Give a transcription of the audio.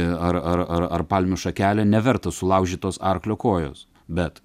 ar ar ar ar palmių šakelė nevertas sulaužytos arklio kojos bet